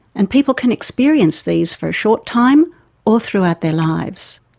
and people can experience these for a short time or throughout their lives.